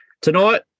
tonight